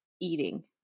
eating